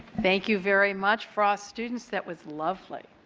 thank you very much frost students that was lovely.